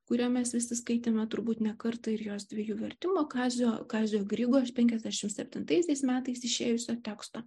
kurią mes visi skaitėme turbūt ne kartą ir jos dviejų vertimų kazio kazio grigo iš penkiasdešimt septintaisiais metais išėjusio teksto